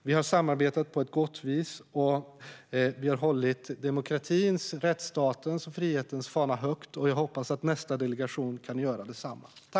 Vi har samarbetat på ett gott vis, och vi har hållit demokratins, rättsstatens och frihetens fana högt. Jag hoppas att nästa delegation kan göra detsamma.